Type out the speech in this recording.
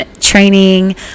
training